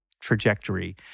trajectory